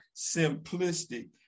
simplistic